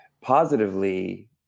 positively